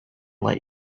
let